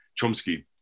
Chomsky